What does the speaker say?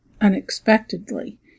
Unexpectedly